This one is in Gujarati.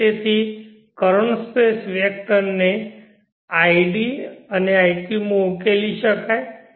તેથી કરંટ સ્પેસ વેક્ટર ને id અને iq માં ઉકેલી શકાય છે